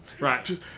Right